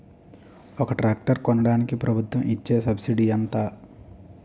ఒక ట్రాక్టర్ కొనడానికి ప్రభుత్వం ఇచే సబ్సిడీ ఎంత?